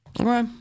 Okay